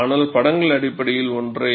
ஆனால் படங்கள் அடிப்படையில் ஒன்றே